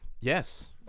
Yes